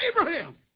Abraham